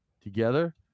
together